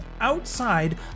outside